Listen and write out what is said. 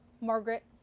Margaret